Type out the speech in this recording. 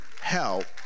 help